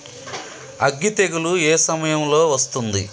అగ్గి తెగులు ఏ సమయం లో వస్తుంది?